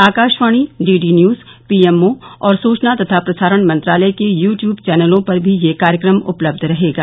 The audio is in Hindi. Akashvani D D news P M O और सूचना तथा प्रसारण मंत्रालय के यू ट्यूब चैनलों पर भी यह कार्यक्रम उपलब्ध रहेगा